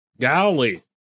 Golly